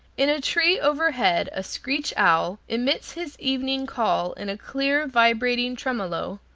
in a tree overhead a screech owl emits his evening call in a clear, vibrating tremolo,